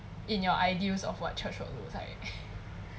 in your ideals of what church will look like